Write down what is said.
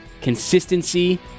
consistency